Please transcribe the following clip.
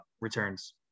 Returns